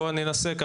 בוא ננסה,